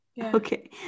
okay